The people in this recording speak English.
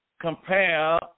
compare